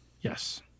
Yes